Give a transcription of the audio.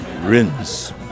Rinse